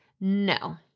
no